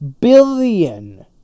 billion